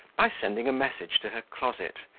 by sending a message to her closet,